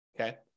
okay